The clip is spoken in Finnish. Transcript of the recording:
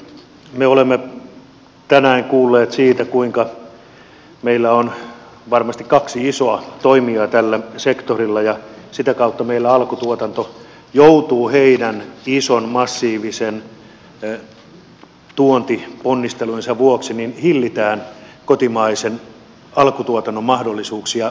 me olemme tänään kuulleet siitä kuinka meillä on varmasti kaksi isoa toimijaa tällä sektorilla ja sitä kautta vielä alkutuotanto joutuu heillä on siis heidän isojen massiivisten tuontiponnistelujensa vuoksi hillitään kotimaisen alkutuotannon mahdollisuuksia pärjätä markkinoilla